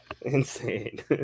Insane